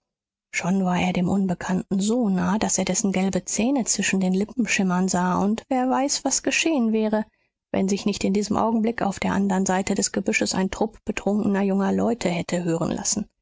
schon war er dem unbekannten so nahe daß er dessen gelbe zähne zwischen den lippen schimmern sah und wer weiß was geschehen wäre wenn sich nicht in diesem augenblick auf der andern seite des gebüsches ein trupp betrunkener junger leute hätte hören lassen